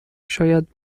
شاید